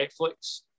netflix